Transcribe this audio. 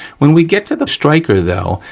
when we get to the striker though,